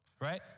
right